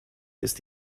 ist